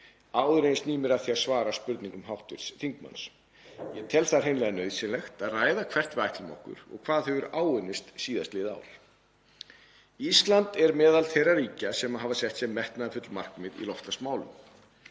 áður en ég sný mér að því að svara spurningum hv. þingmanns. Ég tel það hreinlega nauðsynlegt að ræða hvert við ætlum okkur og hvað hefur áunnist síðastliðið ár. Ísland er meðal þeirra ríkja sem hafa sett sér metnaðarfull markmið í loftslagsmálum.